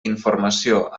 informació